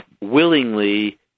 willingly